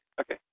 okay